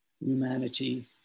humanity